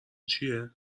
چیه